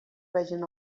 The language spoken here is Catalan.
vegin